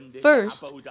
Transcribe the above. First